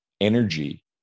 energy